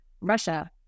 Russia